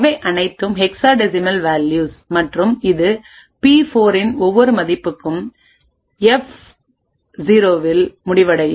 இவை அனைத்தும் hexadecimal values மற்றும் இது பி4 இன் ஒவ்வொரு மதிப்புக்கும் எப் இல் முடிவடையும்